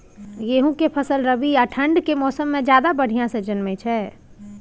गेहूं के फसल रबी आ ठंड के मौसम में ज्यादा बढ़िया से जन्में छै?